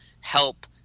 help